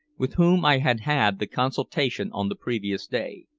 with whom i had had the consultation on the previous day.